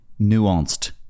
nuanced